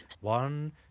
one